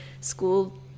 school